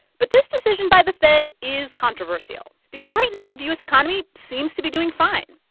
but this decision by the fed is controversial because, right now, the u s. economy seems to be doing fine.